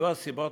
יהיו הסיבות